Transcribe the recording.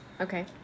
Okay